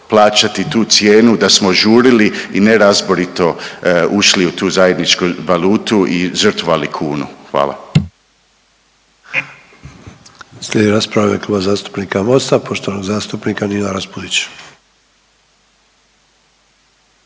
plaćati tu cijenu da smo žurili i nerazborito ušli u tu zajedničku valutu i žrtvovali kunu. Hvala. **Sanader, Ante (HDZ)** Slijedi rasprava u ime Kluba zastupnika Mosta, poštovanog zastupnika Nino Raspudić.